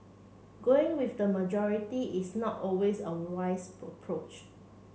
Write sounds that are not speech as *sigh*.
going with the majority is not always a wise *unintelligible*